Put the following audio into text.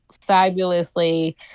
fabulously